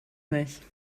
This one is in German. nicht